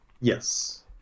Yes